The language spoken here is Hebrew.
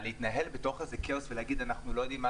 להתנהל בכאוס ולומר שאנחנו לא יודעים מה